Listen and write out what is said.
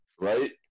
right